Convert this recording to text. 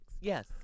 Yes